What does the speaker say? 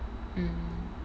mm